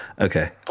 Okay